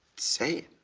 say